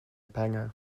pengar